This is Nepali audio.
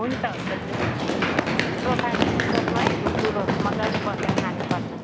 हुन्छ हुन्छ जाउँ प्रोफाइलहरू पनि बोक्नु है ठुल्ठुलो मजाले बसेर खानुपर्छ